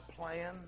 plan